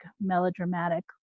melodramatic